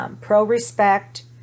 pro-respect